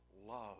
love